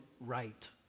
right